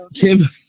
Kim